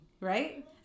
right